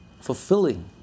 fulfilling